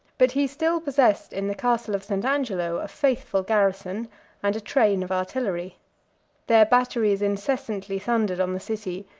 but he still possessed in the castle of st. angelo a faithful garrison and a train of artillery their batteries incessantly thundered on the city,